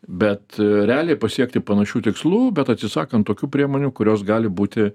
bet realiai pasiekti panašių tikslų bet atsisakant tokių priemonių kurios gali būti